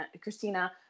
Christina